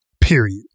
period